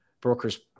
brokers